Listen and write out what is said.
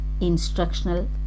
instructional